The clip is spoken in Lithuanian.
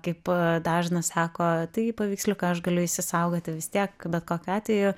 kaip dažnas sako tai paveiksliuką aš galiu išsisaugoti vis tiek bet kokiu atveju